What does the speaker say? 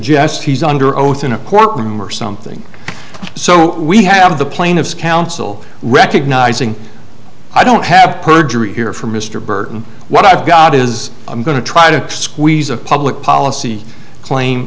suggests he's under oath in a courtroom or something so we have the plaintiff's counsel recognizing i don't have perjury here for mr burton what i've got is i'm going to try to squeeze a public policy claim